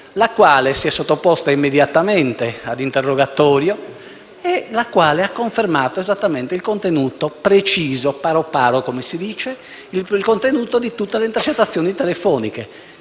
la quale si è sottoposta immediatamente all'interrogatorio, confermando esattamente il contenuto preciso, «paro paro», come si dice, di tutte le intercettazioni telefoniche.